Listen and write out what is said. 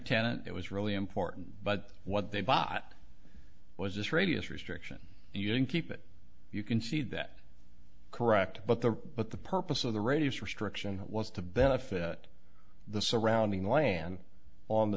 tenant it was really important but what they bought was this radius restriction and you can keep it you concede that correct but the but the purpose of the radius restriction was to benefit the surrounding land on the